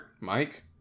Mike